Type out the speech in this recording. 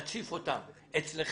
תציף אותן אצלך.